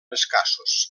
escassos